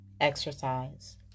Exercise